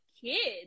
kids